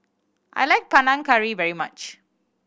I like Panang Curry very much